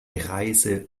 reise